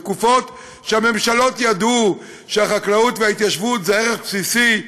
בתקופות שהממשלות ידעו שהחקלאות וההתיישבות זה ערך בסיסי.